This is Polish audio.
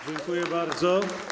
Dziękuję bardzo.